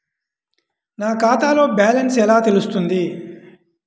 నా ఖాతాలో బ్యాలెన్స్ ఎలా తెలుస్తుంది?